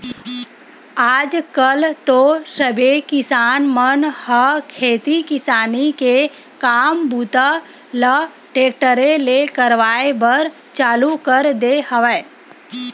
आज कल तो सबे किसान मन ह खेती किसानी के काम बूता ल टेक्टरे ले करवाए बर चालू कर दे हवय